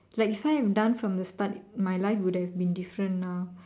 like if I had done from the start my life would have been different now